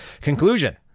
conclusion